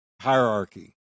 hierarchy